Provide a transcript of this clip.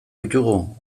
ditugu